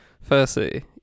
firstly